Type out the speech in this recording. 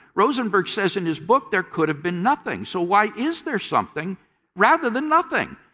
rosenberg says in his book, there could have been nothing. so why is there something rather than nothing?